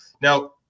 Now